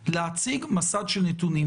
אלא להציג מסד של נתונים.